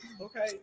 Okay